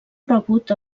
rebut